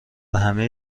همه